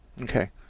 Okay